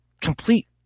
complete